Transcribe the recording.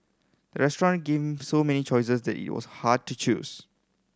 restaurant gave so many choices that it was hard to choose